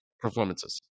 performances